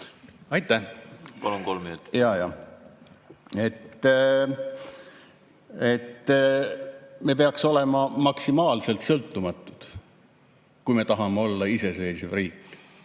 Aitäh! Palun, kolm minutit! Jajah. Me peaks olema maksimaalselt sõltumatud, kui me tahame olla iseseisev riik.